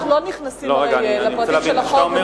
אנחנו פה לא נכנסים לפרטים של החוק,